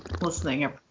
listening